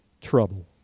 trouble